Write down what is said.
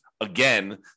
again